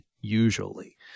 usually